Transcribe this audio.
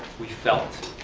we felt,